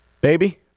baby